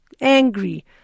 angry